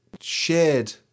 shared